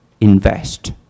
invest